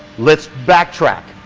let's backtrack.